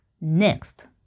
next